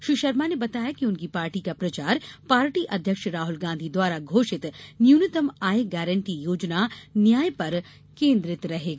श्री शर्मा ने बताया कि उनकी पार्टी का प्रचार पार्टी अध्यक्ष राहुल गांधी द्वारा घोषित न्यूनतम आय गारंटी योजना न्याय पर केन्द्रित रहेगा